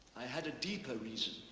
i had a deeper reason.